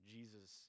Jesus